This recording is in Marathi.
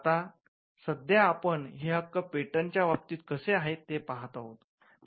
आता सध्या आपण हे हक्क पेटंटच्या बाबतीत कसे आहे ते पहात आहोत